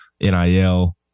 NIL